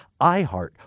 iHeart